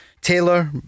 Taylor